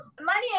money